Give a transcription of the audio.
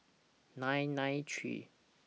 nine nine three